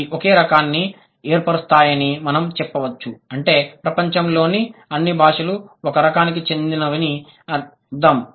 అవి ఒకే రకాన్ని ఏర్పరుస్తాయని మనం చెప్పవచ్చు అంటే ప్రపంచంలోని అన్ని భాషలు ఒక రకానికి చెందినవి అని అర్థం